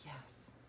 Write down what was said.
Yes